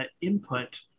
input